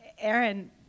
Aaron